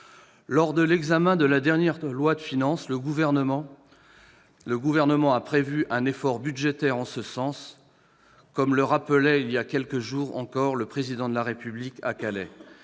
Lors de l'examen du dernier projet de loi de finances, le Gouvernement a prévu un effort budgétaire en ce sens, comme le rappelait il y a quelques jours encore le Président de la République à Calais.